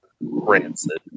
Rancid